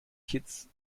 kitts